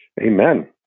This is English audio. Amen